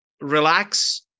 relax